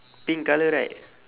pink colour right